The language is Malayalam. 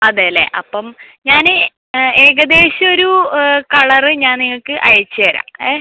അതെ അല്ലേ അപ്പം ഞാൻ ആ ഏകദേശം ഒരു കളറ് ഞാൻ നിങ്ങക്ക് അയച്ചേരാം ങേ